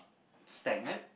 stagnant